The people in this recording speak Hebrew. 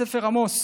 בספר עמוס,